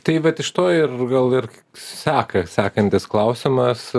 tai vat iš to ir gal ir seka sekantis klausimas